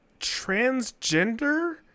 transgender